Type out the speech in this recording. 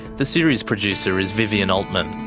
the series producer is vivien altman,